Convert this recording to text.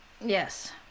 Yes